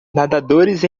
nadadores